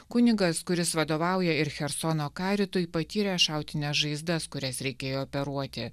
kunigas kuris vadovauja ir chersono karitui patyrė šautines žaizdas kurias reikėjo operuoti